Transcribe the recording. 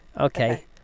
Okay